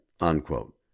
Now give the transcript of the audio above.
unquote